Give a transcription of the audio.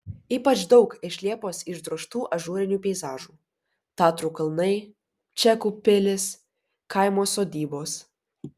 ypač daug iš liepos išdrožtų ažūrinių peizažų tatrų kalnai čekų pilys kaimo sodybos